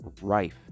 rife